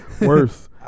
Worse